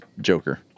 Joker